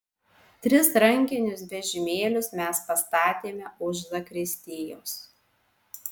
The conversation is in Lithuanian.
tris rankinius vežimėlius mes pastatėme už zakristijos